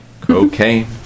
cocaine